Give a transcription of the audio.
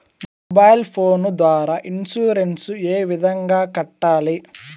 mobile phone ద్వారా insurance ఏ విధంగా కట్టాలి